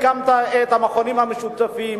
הקמת את המכונים המשותפים